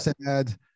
sad